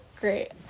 great